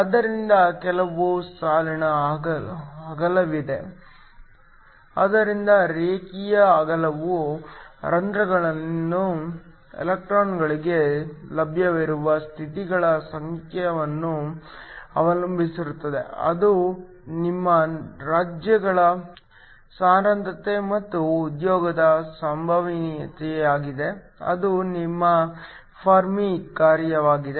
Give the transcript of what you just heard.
ಆದ್ದರಿಂದ ಕೆಲವು ಸಾಲಿನ ಅಗಲವಿದೆ ಆದ್ದರಿಂದ ರೇಖೆಯ ಅಗಲವು ಹೋಲ್ ಗಳಲ್ಲಿನ ಎಲೆಕ್ಟ್ರಾನ್ಗಳಿಗೆ ಲಭ್ಯವಿರುವ ಸ್ಥಿತಿಗಳ ಸಂಖ್ಯೆಯನ್ನು ಅವಲಂಬಿಸಿರುತ್ತದೆ ಅದು ನಿಮ್ಮ ರಾಜ್ಯಗಳ ಸಾಂದ್ರತೆ ಮತ್ತು ಉದ್ಯೋಗದ ಸಂಭವನೀಯತೆಯಾಗಿದೆ ಅದು ನಿಮ್ಮ ಫೆರ್ಮಿ ಕಾರ್ಯವಾಗಿದೆ